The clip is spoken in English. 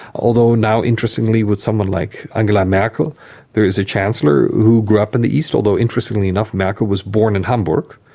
although now, interestingly, with someone like angela merkel there is a chancellor who grew up in the east, although interestingly enough merkel was born in hamburg,